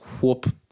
whoop